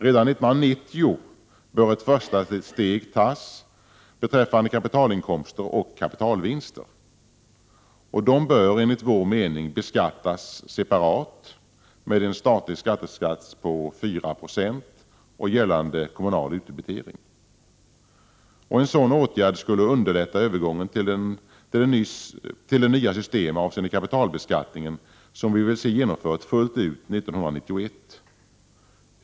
Redan 1990 bör ett första steg tas beträffande kapitalinkomster och kapitalvinster. De bör enligt vår mening beskattas separat med en statlig skattesats på 4 Zo och gällande kommunal utdebitering. En sådan åtgärd skulle underlätta övergången till det nya system avseende kapitalbeskattningen som vi vill se genomfört fullt ut 1991.